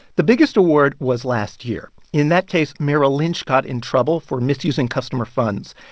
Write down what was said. the biggest award was last year. in that case, merrill lynch got in trouble for misusing customer funds.